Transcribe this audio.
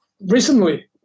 recently